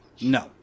No